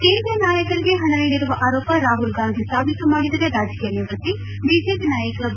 ಕೇಂದ್ರ ನಾಯಕರಿಗೆ ಹಣ ನೀಡಿರುವ ಆರೋಪ ರಾಹುಲ್ ಗಾಂಧಿ ಸಾಬೀತು ಮಾಡಿದರೆ ರಾಜಕೀಯ ನಿವೃತ್ತಿ ಬಿಜೆಪಿ ನಾಯಕ ಬಿ